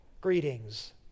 Greetings